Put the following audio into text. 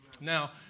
Now